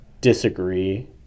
disagree